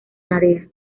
narea